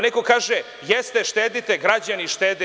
Neko kaže – jeste, štedite, građani štede.